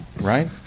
right